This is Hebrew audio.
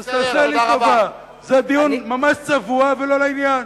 אז תעשה לי טובה, זה דיון ממש צבוע ולא לעניין.